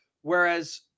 whereas